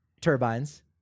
turbines